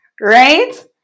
right